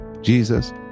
Jesus